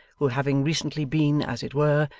who having recently been, as it were,